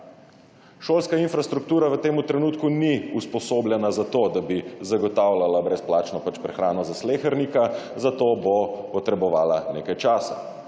Šolska infrastruktura v tem trenutku ni usposobljena za to, da bi zagotavljala brezplačno prehrano za slehernika, za to bo potrebovala nekaj časa.